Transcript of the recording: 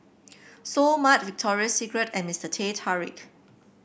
Seoul Mart Victoria Secret and Mister Teh Tarik